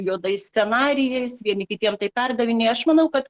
juodais scenarijais vieni kitiem tai perdavinėja aš manau kad